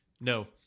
no